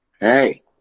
Hey